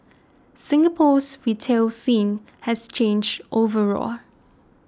Singapore's retail scene has changed overall